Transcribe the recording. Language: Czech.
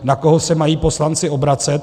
Na koho se mají poslanci obracet?